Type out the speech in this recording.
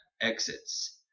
exits